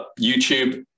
YouTube